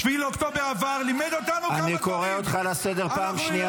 ----- אני קורא אותך לסדר פעם ראשונה,